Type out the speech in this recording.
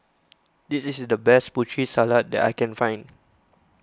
this is the best Putri Salad that I can find